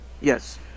Yes